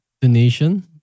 donation